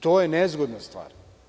To je nezgodna stvar.